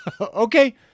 Okay